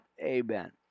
Amen